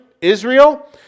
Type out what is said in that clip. Israel